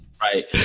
right